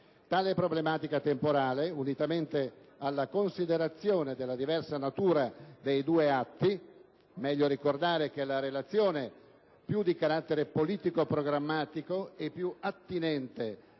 Tale problematica temporale, unitamente alla considerazione della diversa natura dei due atti (meglio ricordare che la Relazione è più di carattere politico-programmatico e più attinente